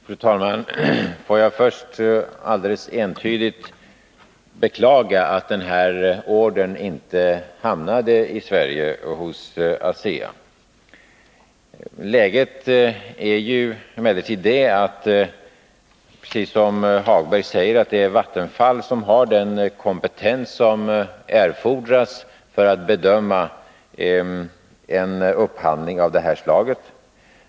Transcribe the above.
Fru talman! Får jag först alldeles entydigt beklaga att den här ordern inte hamnade i Sverige, hos ASEA. Läget är emellertid det, precis som Lars-Ove Hagberg säger, att det är Vattenfall som har den kompetens som erfordras för att bedöma en upphandling av det här slaget.